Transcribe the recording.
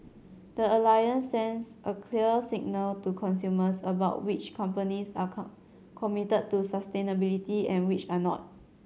the Alliance since a clear signal to consumers about which companies are committed to sustainability and which are not